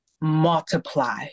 multiply